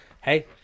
Hey